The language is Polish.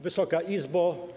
Wysoka Izbo!